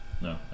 no